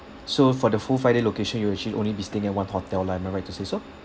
so for the full five day location you'll actually only be staying at one hotel lah am I right to say so